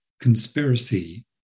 conspiracy